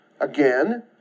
Again